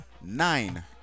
nine